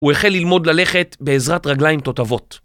הוא החל ללמוד ללכת בעזרת רגליים תותבות.